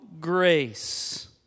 grace